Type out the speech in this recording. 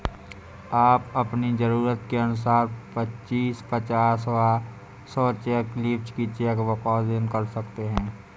आप अपनी जरूरत के अनुसार पच्चीस, पचास व सौ चेक लीव्ज की चेक बुक आवेदन कर सकते हैं